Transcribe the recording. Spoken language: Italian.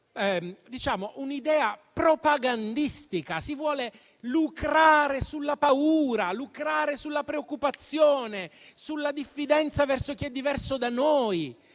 soltanto un'idea propagandistica: si vuole lucrare sulla paura, sulla preoccupazione e sulla diffidenza verso chi è diverso da noi.